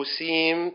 seem